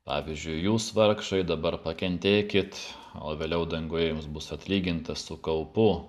pavyzdžiui jūs vargšai dabar pakentėkit o vėliau danguje jums bus atlyginta su kaupu